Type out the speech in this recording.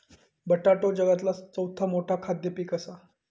बटाटो जगातला चौथा मोठा खाद्य पीक असा